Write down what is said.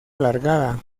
alargada